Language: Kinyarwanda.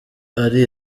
ari